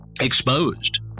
exposed